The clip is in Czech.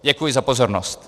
Děkuji za pozornost.